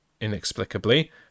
Inexplicably